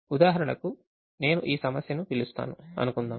ఉదాహరణకు నేను ఈ సమస్యను పిలుస్తాను అనుకుందాం